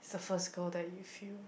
the first girl that you feel